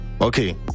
Okay